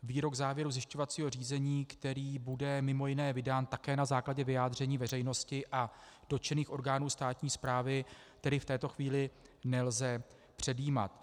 Výrok závěrů zjišťovacího řízení, který bude mimo jiné vydán také na základě vyjádření veřejnosti a dotčených orgánů státní správy, tedy v této chvíli nelze předjímat.